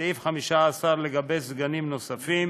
סעיף 15 לגבי סגנים נוספים